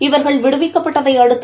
இவர்கள் விடுவிக்கப்பட்டதை அடுத்து